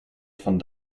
von